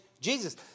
Jesus